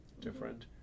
different